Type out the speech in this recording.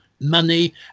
money